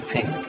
Pink